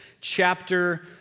chapter